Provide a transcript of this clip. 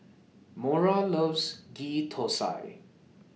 Mora loves Ghee Thosai